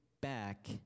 back